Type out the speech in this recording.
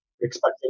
expecting